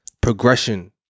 progression